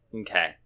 okay